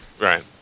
Right